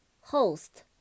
Host